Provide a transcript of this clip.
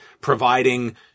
providing